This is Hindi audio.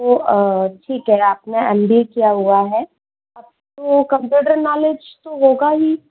तो ठीक है आपने एम बी ए किया हुआ है आपको कंप्यूटर नॉलेज तो होगा ही